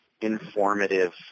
informative